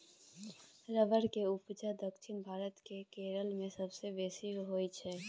rubber केर उपजा दक्षिण भारत केर केरल मे सबसँ बेसी होइ छै